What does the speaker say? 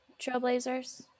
trailblazers